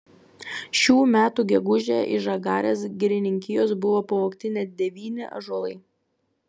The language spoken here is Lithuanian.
šių metų gegužę iš žagarės girininkijos buvo pavogti net devyni ąžuolai